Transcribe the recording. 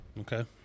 Okay